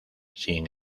sin